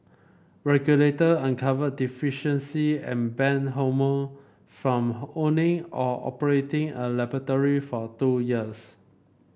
regulator uncovered deficiencies and banned Holme from owning or operating a laboratory for two years